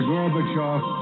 Gorbachev